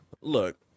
Look